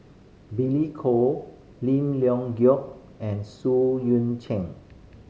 Billy Koh Lim Leong Geok and Xu Yuan Zhen